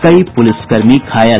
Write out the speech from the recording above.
कई पुलिसकर्मी घायल